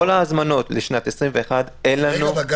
לכל ההזמנות לשנת 2021 אין לנו --- אבל גם